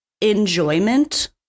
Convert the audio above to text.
enjoyment